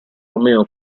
romeo